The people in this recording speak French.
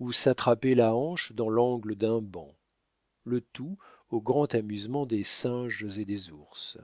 ou s'attrapaient la hanche dans l'angle d'un banc le tout au grand amusement des singes et des ours